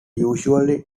usually